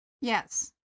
Yes